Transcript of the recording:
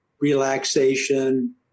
relaxation